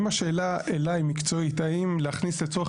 אם השאלה אליי מקצועית האם להכניס לצורך